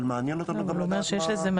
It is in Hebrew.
אבל מעניין אותנו -- אין תשואה שקלית.